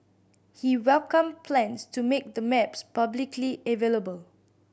he welcomed plans to make the maps publicly available